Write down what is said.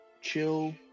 chill